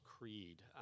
Creed